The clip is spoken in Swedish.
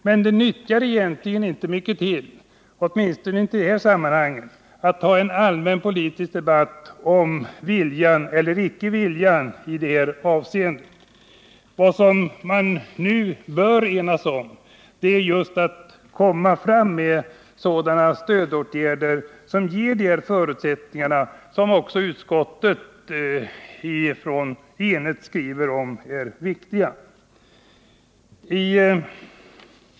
Men det nyttar egentligen inte mycket till, åtminstone inte i det här sammanhanget, att ta upp en allmänpolitisk debatt om vilja eller icke vilja i det här avseendet. Vad man nu bör enas om är att vidta sådana stödåtgärder som ger de förutsättningar som ett enigt utskott skriver är viktiga.